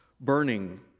burning